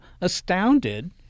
astounded